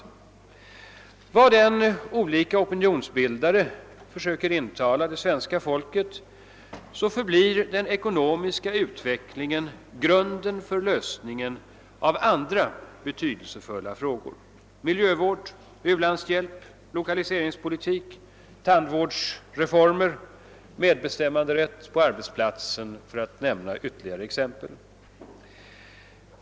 Vad än olika opinionsbildare försöker intala det svenska folket förblir den ekonomiska utvecklingen grunden för lösningen av andra betydelsefulla frågor: miljövård, u-landshjälp, lokaliseringspolitik, tandvårdsreformer och medbestämmanderätt på arbetsplatsen, för att nämna ytterligare några exempel.